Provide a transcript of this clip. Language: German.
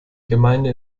gemeinde